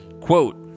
Quote